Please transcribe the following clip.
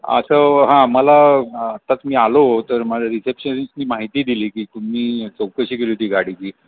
असं हा मला आत्ताच मी आलो तर मला रिसेप्शनिसने माहिती दिली की तुम्ही चौकशी केली होती गाडीची